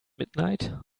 midnight